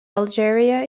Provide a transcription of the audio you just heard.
algeria